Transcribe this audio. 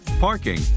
parking